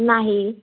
नाही